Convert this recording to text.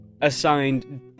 assigned